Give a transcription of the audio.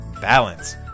balance